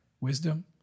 wisdom